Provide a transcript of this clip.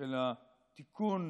של התיקון